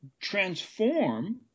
transform